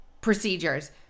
procedures